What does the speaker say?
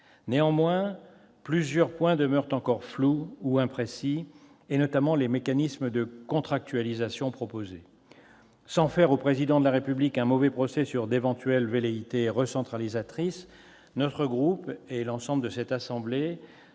Néanmoins, plusieurs points demeurent encore flous ou imprécis, notamment les mécanismes de contractualisation proposés. Sans faire au Président de la République un mauvais procès sur d'éventuelles velléités recentralisatrices, notre groupe et l'ensemble de cette assemblée